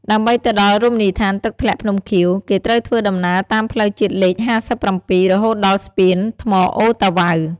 ដើម្បីទៅដល់រមណីយដ្ឋាន «ទឹកធ្លាក់ភ្នំខៀវ» គេត្រូវធ្វើដំណើរតាមផ្លូវជាតិលេខ៥៧ រហូតដល់ស្ពានថ្មអូរតាវ៉ៅ។